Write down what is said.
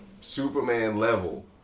Superman-level